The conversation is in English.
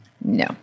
No